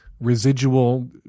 residual